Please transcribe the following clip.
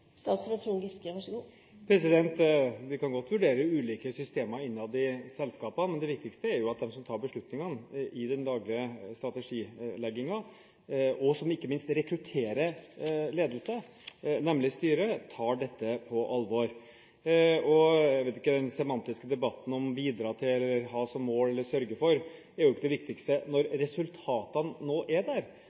Vi kan godt vurdere ulike systemer innad i selskapene, men det viktigste er jo at de som tar beslutningene i den daglige strategileggingen, og som ikke minst rekrutterer ledelse, nemlig styret, tar dette på alvor. Jeg vet ikke om den semantiske debatten om å bidra til, ha som mål eller sørge for er den viktigste når resultatene nå er der.